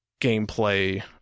gameplay